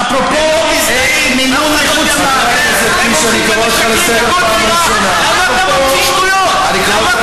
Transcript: הם לא מזדהים, הם הולכים ומשקרים בכל